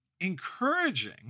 encouraging